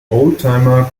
oldtimer